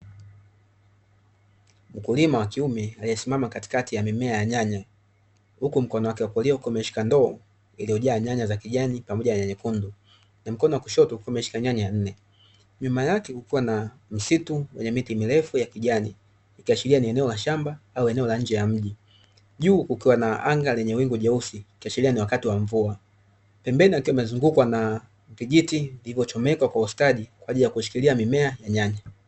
Mkulima wa kiume aliyesimama katikati ya mimea ya nyanya, huku mkono wake wa kulia ukiwa umeshika ndoo iliyojaa nyanya za kijani pamoja na nyekundu, na mkono wa kushoto ukiwa umeshika nyanya nne, nyuma yake kukiwa na msitu wenye miti mirefu ya kijani, ikiashiria ni eneo la shamba au eneo la nje ya mji, juu kukiwa na anga lenye wingu jeusi, ikiashiria ni wakati wa mvua. Pembeni wakiwa wamezungukwa na vijiti vilivyochomekwa kwa ustadi kwa ajili ya kuishikilia mimea ya nyanya.